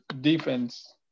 defense